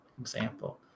example